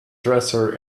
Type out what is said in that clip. dresser